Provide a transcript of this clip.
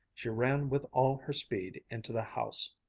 she ran with all her speed into the house.